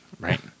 Right